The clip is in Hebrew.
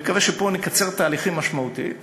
אני מקווה שפה נקצר תהליכים משמעותית.